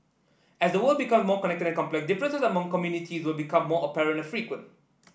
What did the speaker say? as the world become more connected and complex differences among communities will become more apparent and frequent